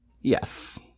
Yes